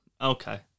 Okay